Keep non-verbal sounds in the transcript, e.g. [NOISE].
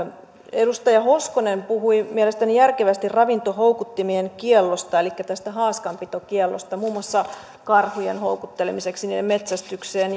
edustaja hoskonen puhui mielestäni järkevästi ravintohoukuttimien kiellosta elikkä tästä haaskanpitokiellosta muun muassa karhujen houkuttelemiseksi niiden metsästykseen [UNINTELLIGIBLE]